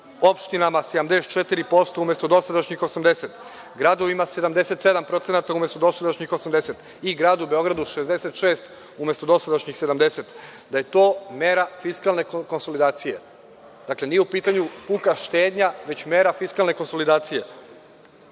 opštinama 74% umesto dosadašnjih 80%, gradovima 77% umesto dosadašnjih 80% i Gradu Beogradu 66% umesto dosadašnjih 70%. Da je to mera fiskalne konsolidacije. Dakle, nije u pitanju puka štednja već mera fiskalne konsolidacije. Treba